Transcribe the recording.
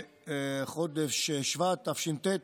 בחודש שבט תשנ"ט,